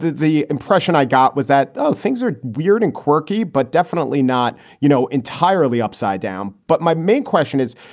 the impression i got was that ah things are weird and quirky, but definitely not, you know, entirely upside down. but my main question is,